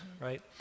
right